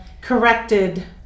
corrected